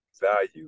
value